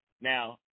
Now